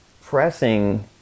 pressing